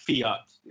Fiat